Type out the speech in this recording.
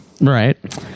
right